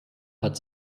hat